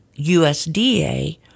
USDA